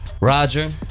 Roger